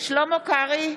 שלמה קרעי,